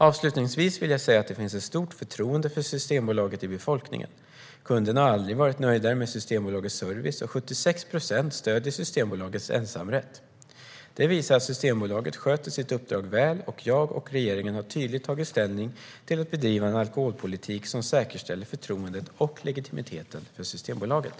Avslutningsvis vill jag säga att det finns ett stort förtroende för Systembolaget hos befolkningen. Kunderna har aldrig varit nöjdare med Systembolagets service. 76 procent stöder Systembolagets ensamrätt. Det visar att Systembolaget sköter sitt uppdrag väl. Jag och regeringen har tydligt tagit ställning för att bedriva en alkoholpolitik som säkerställer förtroendet och legitimiteten för Systembolaget.